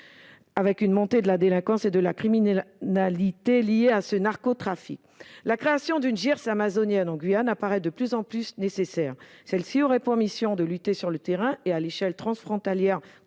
et à une montée de la délinquance et de la criminalité liée à ce narcotrafic. La création d'une JIRS amazonienne en Guyane apparaît de plus en plus nécessaire ; celle-ci aurait pour mission de lutter sur le terrain et à l'échelle transfrontalière